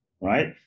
right